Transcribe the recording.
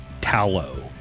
tallow